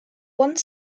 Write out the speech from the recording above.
one